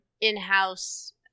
in-house